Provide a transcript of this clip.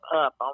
up